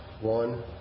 One